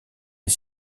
est